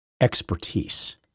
expertise